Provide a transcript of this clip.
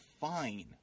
fine